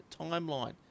timeline